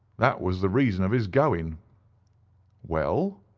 that was the reason of his going well?